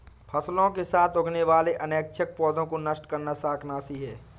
फसलों के साथ उगने वाले अनैच्छिक पौधों को नष्ट करना शाकनाशी है